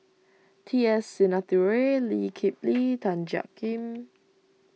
T S Sinnathuray Lee Kip Lee Tan Jiak Kim